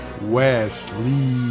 Wesley